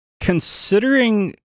Considering